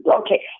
Okay